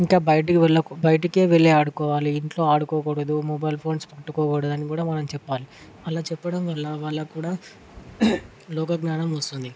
ఇంకా బయటకువెళ్లి బయటకువెళ్ళే ఆడుకోవాలి ఇంట్లో ఆడుకోకూడదు మొబైల్ ఫోన్స్ పట్టుకోకూడదని కూడా మనం చెప్పాలి అలా చెప్పడం వల్ల వాళ్లకు కూడా లోకజ్ఞానం వస్తుంది